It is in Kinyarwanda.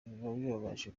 bibabaje